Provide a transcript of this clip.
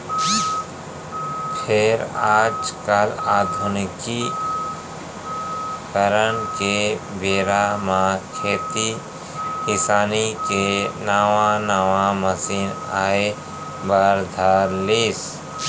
फेर आज काल आधुनिकीकरन के बेरा म खेती किसानी के नवा नवा मसीन आए बर धर लिस